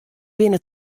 binne